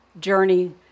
journey